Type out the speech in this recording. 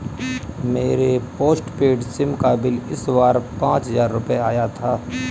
मेरे postpaid sim का bill इस बार पाँच हजार रुपए आया था